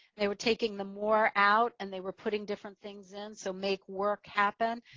they were taking them more out and they were putting different things in, so make work happen.